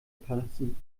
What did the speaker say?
passen